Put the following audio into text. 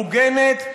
הוגנת,